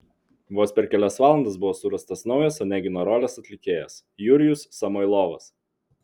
vos per kelias valandas buvo surastas naujas onegino rolės atlikėjas jurijus samoilovas